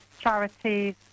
charities